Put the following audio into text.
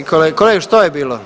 Kolege, što je bilo?